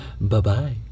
Bye-bye